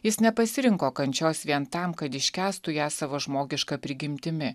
jis nepasirinko kančios vien tam kad iškęstų ją savo žmogiška prigimtimi